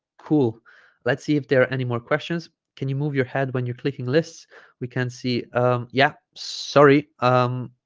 cool let's see if there are any more questions can you move your head when you're clicking lists we can see um yeah sorry um